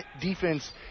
defense